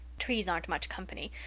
trees aren't much company,